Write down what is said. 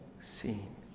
seen